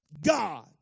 God